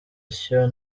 atyo